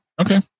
Okay